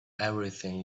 everything